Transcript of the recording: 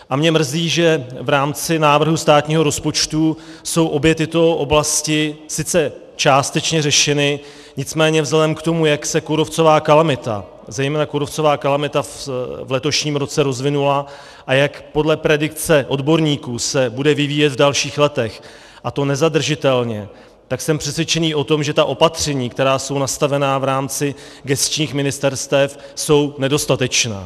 A mě mrzí, že v rámci návrhu státního rozpočtu jsou obě tyto oblasti sice částečně řešeny, nicméně vzhledem k tomu, jak se kůrovcová kalamita, zejména kůrovcová kalamita v letošním roce rozvinula a jak podle predikce odborníků se bude vyvíjet v dalších letech, a to nezadržitelně, tak jsem přesvědčený o tom, že ta opatření, která jsou nastavena v rámci gesčních ministerstev, jsou nedostatečná.